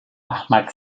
احمق